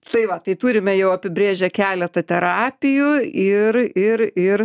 tai va tai turime jau apibrėžę keletą terapijų ir ir ir